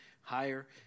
higher